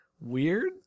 weird